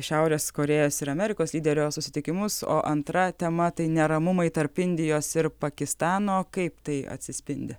šiaurės korėjos ir amerikos lyderio susitikimus o antra tema tai neramumai tarp indijos ir pakistano kaip tai atsispindi